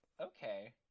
okay